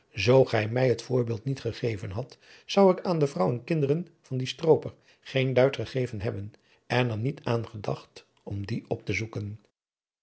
zoo gij mij het voorbeeld niet gegeven hadt zou ik aan de vrouw en kinderen van dien strooper geen duit gegeven hebben en er niet aan gedacht om die op te zoeken